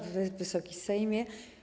Wysoki Sejmie!